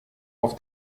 auf